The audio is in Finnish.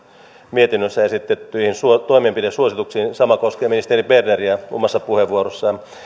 mietinnössä esitettyihin toimenpidesuosituksiin sama koskee ministeri berneriä omassa puheenvuorossaan